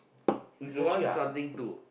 is one something two